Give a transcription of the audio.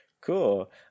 cool